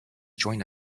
join